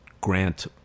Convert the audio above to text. grant